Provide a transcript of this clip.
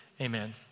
Amen